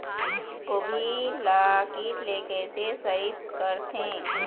गोभी ल कीट ले कैसे सइत करथे?